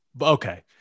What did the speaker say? Okay